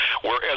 Whereas